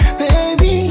baby